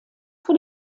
vor